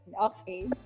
Okay